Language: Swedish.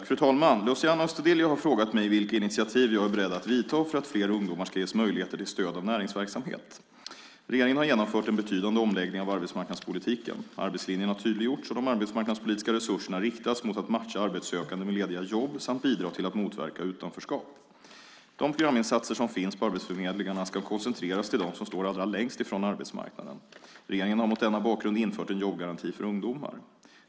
Fru talman! Luciano Astudillo har frågat mig vilka initiativ jag är beredd att ta för att fler ungdomar ska ges möjligheter till stöd av näringsverksamhet. Regeringen har genomfört en betydande omläggning av arbetsmarknadspolitiken. Arbetslinjen har tydliggjorts, och de arbetsmarknadspolitiska resurserna inriktats mot att matcha arbetssökande med lediga jobb samt bidra till att motverka utanförskap. De programinsatser som finns på arbetsförmedlingarna ska koncentreras till dem som står allra längst från arbetsmarknaden. Regeringen har mot denna bakgrund infört en jobbgaranti för ungdomar.